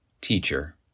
Teacher